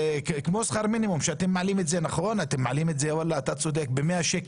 זה כמו שאתם מעלים את שכר המינימום ב-100 שקל